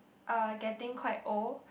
are getting quite old